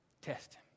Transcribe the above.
Test